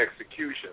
execution